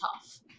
tough